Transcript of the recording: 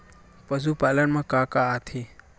पशुपालन मा का का आथे?